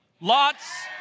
lots